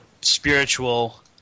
spiritual